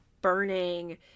burning